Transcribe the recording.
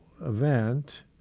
event